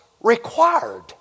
required